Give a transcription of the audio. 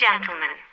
Gentlemen